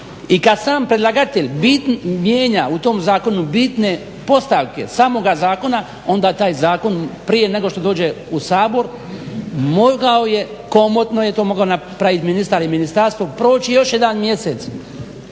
i kad sam predlagatelj mijenja u tom zakonu bitne postavke samoga zakona onda taj zakon prije nego što dođe u Sabor mogao je, komotno je to mogao napraviti ministar i ministarstvo proći još jedan mjesec